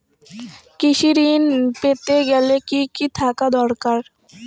কৃষিঋণ পেতে গেলে কি কি থাকা দরকার?